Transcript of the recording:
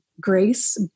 grace